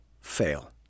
fail